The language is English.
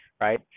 right